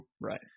Right